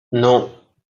non